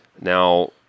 Now